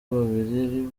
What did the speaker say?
babiri